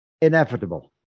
inevitable